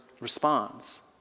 responds